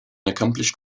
accomplished